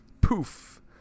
poof